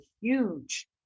huge